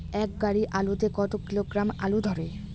এক গাড়ি আলু তে কত কিলোগ্রাম আলু ধরে?